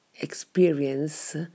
experience